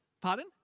Pardon